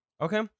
Okay